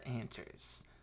answers